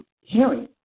hearing